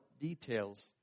details